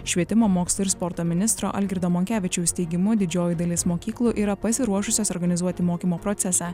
švietimo mokslo ir sporto ministro algirdo monkevičiaus teigimu didžioji dalis mokyklų yra pasiruošusios organizuoti mokymo procesą